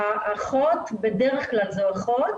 והאחות, בדרך כלל זו אחות,